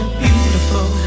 beautiful